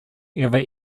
ever